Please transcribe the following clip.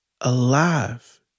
alive